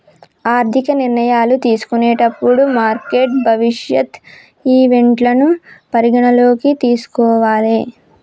ఆర్థిక నిర్ణయాలు తీసుకునేటప్పుడు మార్కెట్ భవిష్యత్ ఈవెంట్లను పరిగణనలోకి తీసుకోవాలే